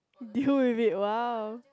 deal with it !wow!